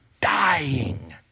dying